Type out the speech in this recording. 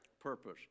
Purpose